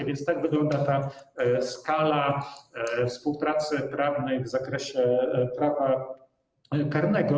A więc tak wygląda ta skala współpracy prawnej w zakresie prawa karnego.